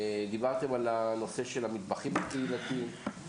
דיברתם על הנושא של המטבחים הקהילתיים.